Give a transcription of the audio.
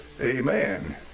Amen